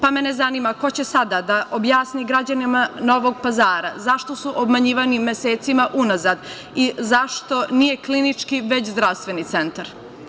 Pa, mene zanima ko će sada da objasni građanima Novog Pazara zašto su obmanjivani mesecima unazad i zašto nije klinički već zdravstveni centar?